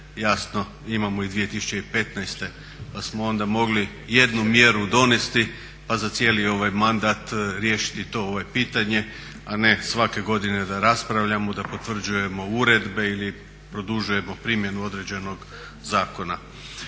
jasno imamo i 2015. pa smo onda mogli jednu mjeru donijeti pa za cijeli ovaj mandat riješiti to pitanje, a ne svake godine da raspravljamo, da potvrđujemo uredbe ili produžujemo primjenu određenog zakona.